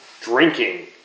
drinking